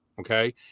Okay